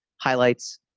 highlights